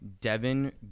Devin